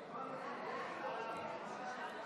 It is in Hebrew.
ההצעה להעביר את הצעת חוק